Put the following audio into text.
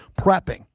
prepping